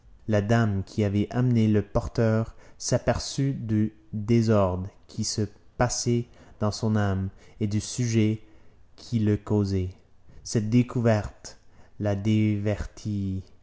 la dame qui avait amené le porteur s'aperçut du désordre qui se passait dans son âme et du sujet qui le causait cette découverte la